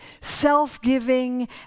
self-giving